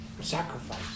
sacrifice